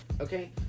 okay